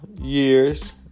years